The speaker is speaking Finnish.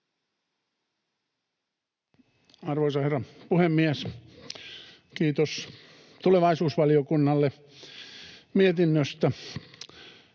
Arvoisa herra puhemies! Kiitos tulevaisuusvaliokunnalle mietinnöstä.